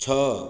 ଛଅ